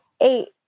eight